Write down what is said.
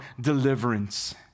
deliverance